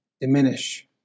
diminish